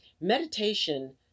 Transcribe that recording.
Meditation